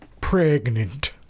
pregnant